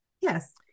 Yes